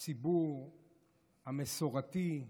הציבור המסורתי,